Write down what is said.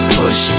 push